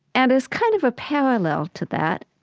and as kind of a parallel to that,